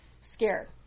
scared